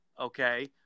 okay